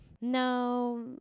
No